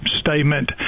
statement